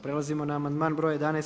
Prelazimo na amandman broj 11.